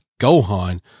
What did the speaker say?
Gohan